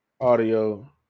audio